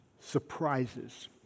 Surprises